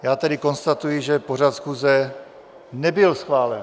Já tedy konstatuji, že pořad schůze nebyl schválen.